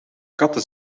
katten